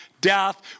death